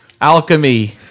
alchemy